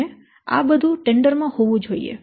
અને આ બધું ટેન્ડર માં હોવું જોઈએ